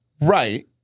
Right